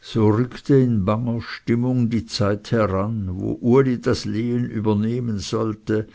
so rückte in banger stimmung die zeit heran wo uli das lehen übernehmen sollte